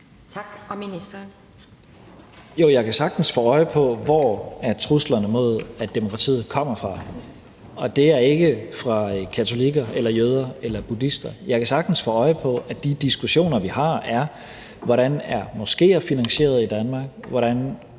(Mattias Tesfaye): Jo, jeg kan sagtens få øje på, hvor truslerne mod demokratiet kommer fra, og det er ikke fra katolikker eller jøder eller buddhister. Jeg kan sagtens få øje på, at de diskussioner, vi har, er om, hvordan moskéer er finansieret i Danmark, hvordan